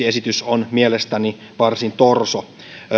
esitys on mielestäni varsin torso